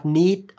need